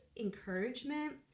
encouragement